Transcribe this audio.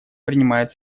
принимает